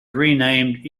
renamed